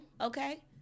okay